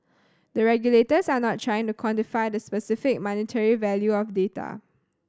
the regulators are not trying to quantify the specific monetary value of data